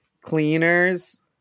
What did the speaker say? cleaners